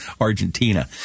Argentina